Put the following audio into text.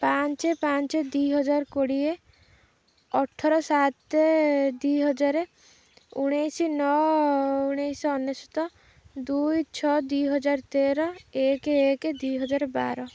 ପାଞ୍ଚେ ପାଞ୍ଚେ ଦୁଇହଜାର କୋଡ଼ିଏ ଅଠର ସାତେ ଦୁଇହଜାର ଉଣେଇଶି ନଅ ଉଣେଇଶିଶହ ଅନେଶତ ଦୁଇ ଛଅ ଦୁଇହଜାର ତେର ଏକେ ଏକେ ଦୁଇହଜାର ବାର